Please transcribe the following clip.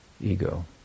ego